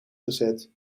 gezet